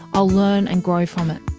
ah learn and grow from it.